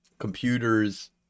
Computers